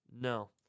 no